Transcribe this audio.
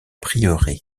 prieuré